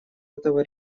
этого